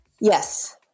Yes